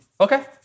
Okay